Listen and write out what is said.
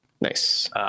Nice